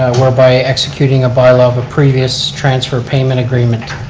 whereby executing a bylaw of a previous transfer payment agreement.